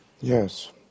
Yes